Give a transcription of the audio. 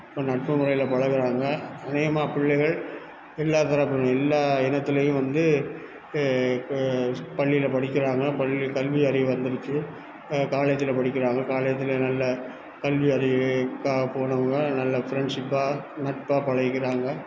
இப்போ நட்பு முறையில் பழகுறாங்க அநேகமாக பிள்ளைகள் எல்லா தரப்புலேயும் எல்லா இனத்துலேயும் வந்து இப்போ பள்ளியில படிக்கிறாங்க பள் கல்வி அறிவு வந்துடுச்சு காலேஜ்ல படிக்கிறாங்க காலேஜ்ல நல்ல கல்வி அறிவு க போனவங்க நல்ல ஃப்ரெண்ட்ஷிப்பாக நட்பாக பழகிக்கிறாங்க